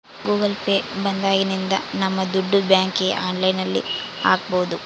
Google Pay ಬಂದಾಗಿನಿಂದ ನಮ್ ದುಡ್ಡು ಬ್ಯಾಂಕ್ಗೆ ಆನ್ಲೈನ್ ಅಲ್ಲಿ ಹಾಕ್ಬೋದು